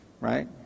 right